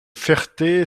ferté